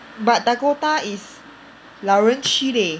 but Dakota is 老人区 leh